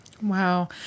Wow